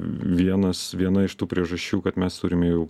vienas viena iš tų priežasčių kad mes turime jau